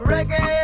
Reggae